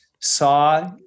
saw